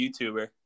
YouTuber